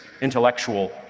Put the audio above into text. intellectual